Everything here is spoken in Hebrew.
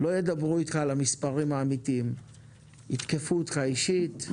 לא ידברו איתך על המספרים האמיתיים אלא יתקפו אותך אישית,